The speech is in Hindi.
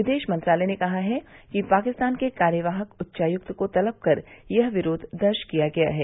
विदेश मंत्रालय ने कहा कि पाकिस्तान के कार्यवाहक उच्चायुक्त को तलब कर यह विरोध दर्ज किया गया है